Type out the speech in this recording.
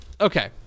Okay